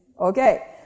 Okay